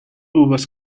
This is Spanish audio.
uvas